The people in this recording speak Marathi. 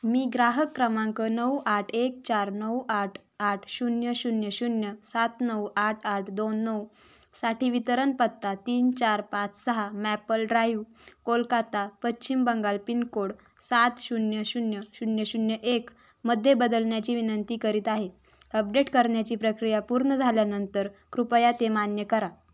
मी ग्राहक क्रमांक नऊ आठ एक चार नऊ आठ आठ शून्य शून्य शून्य सात नऊ आठ आठ दोन नऊ साठी वितरण पत्ता तीन चार पाच सहा maple drive Kolkata Paschim Bangal pincode सात शून्य शून्य शून्य शून्य एकमध्ये बदलण्याची विनंती करीत आहे अपडेट करण्याची प्रक्रिया पूर्ण झाल्यानंतर कृपया ते मान्य करा